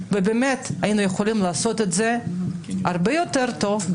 היינו יכולים לעשות את זה הרבה יותר טוב,